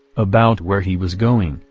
about where he was going,